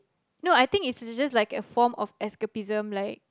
no I think it's just like a form of escapism like